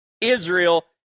Israel